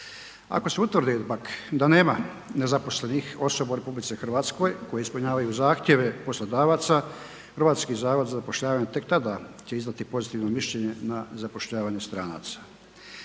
Ako se utvrdi pak da nema nezaposlenih osoba u RH koji ispunjavaju zahtjeve poslodavaca, HZZ tek tada će izdati pozitivno mišljenje na zapošljavanje stranca.